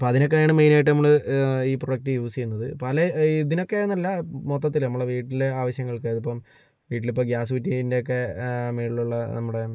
അപ്പോൾ അതിനൊക്കെയാണ് മെയിൻ ആയിട്ട് നമ്മൾ ഈ പ്രോഡക്ട് യൂസ് ചെയ്യുന്നത് പല ഇതിനൊക്കെ എന്നല്ല മൊത്തത്തിൽ നമ്മളെ വീട്ടിലെ ആവശ്യങ്ങൾക്ക് അതിപ്പോൾ വീട്ടിൽ ഇപ്പോൾ ഗ്യാസ് കുറ്റീൻ്റെയൊക്കെ മുകളിലുള്ള നമ്മുടെ